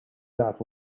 that